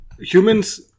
humans